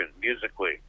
musically